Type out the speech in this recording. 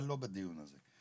אבל לא בדיון הזה.